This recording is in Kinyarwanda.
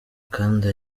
kandi